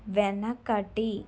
వెనకటి